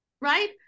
right